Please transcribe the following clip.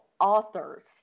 Authors